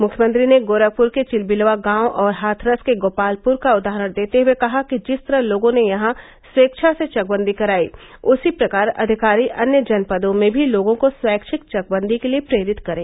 मुख्यमंत्री ने गोरखपुर के चिलविलवा गांव और हाथरस के गोपालपुर का उदाहरण देते हुए कहा कि जिस तरह लोगों ने यहां स्वेच्छा से चकबंदी कराई उसी प्रकार अधिकारी अन्य जनपदों में भी लोगों को स्वैच्छिक चकबंदी के लिए प्रेरित करें